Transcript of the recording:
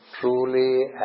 truly